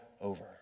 over